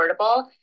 affordable